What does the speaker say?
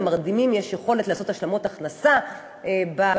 למרדימים יש יכולת לעשות השלמת הכנסה בקהילה,